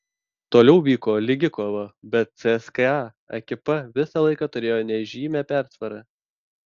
toliau vyko lygi kova bet cska ekipa visą laiką turėjo nežymią persvarą